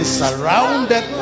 surrounded